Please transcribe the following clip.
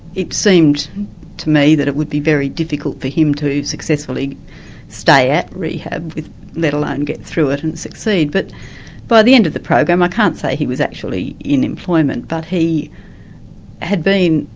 it seemed to me that it would be very difficult for him to successfully stay at rehab, let alone get through it and succeed. but by the end of the program, i can't say he was actually in employment, but he had been,